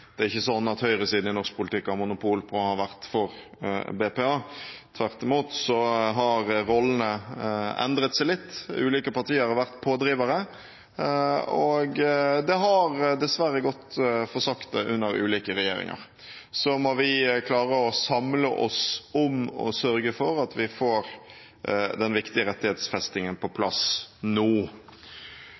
det er ikke sånn at høyresiden i norsk politikk har monopol på å ha vært for BPA. Tvert imot har rollene endret seg litt. Ulike partier har vært pådrivere, og det har dessverre gått for sakte under ulike regjeringer. Så må vi klare å samle oss om og sørge for at vi får den viktige rettighetsfestingen på plass nå.